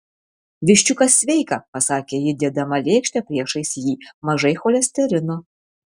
viščiukas sveika pasakė ji dėdama lėkštę priešais jį mažai cholesterino